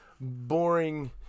boring